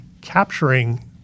capturing